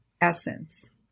essence